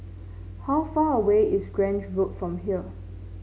how far away is Grange Road from here